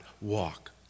walk